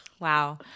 Wow